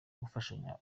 gufashanya